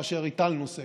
כאשר הטלנו סגר,